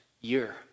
year